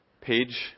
page